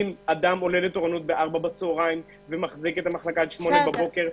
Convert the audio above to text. אם אדם עולה לתורנות ב-16:00 ומחזיק את המחלקה עד 08:00,